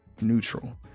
neutral